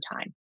time